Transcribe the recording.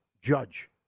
Judge